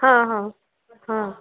ਹਾਂ ਹਾਂ ਹਾਂ